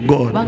God